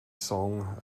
song